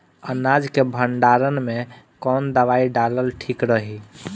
अनाज के भंडारन मैं कवन दवाई डालल ठीक रही?